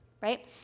right